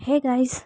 hey guys